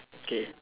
okay